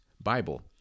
Bible